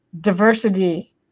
diversity